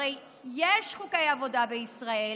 הרי יש חוקי עבודה בישראל.